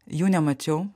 jų nemačiau